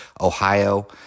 Ohio